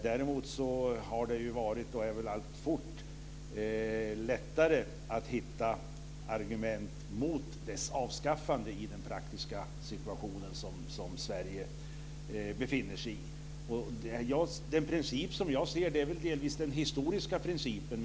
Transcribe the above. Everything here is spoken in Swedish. Däremot har det ju varit, och är väl alltfort, lättare att hitta argument mot dess avskaffande i den praktiska situation som Sverige befinner sig i. Den princip som jag ser är väl delvis den historiska principen.